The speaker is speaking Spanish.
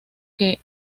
que